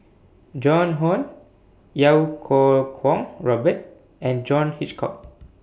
Joan Hon Iau Kuo Kwong Robert and John Hitchcock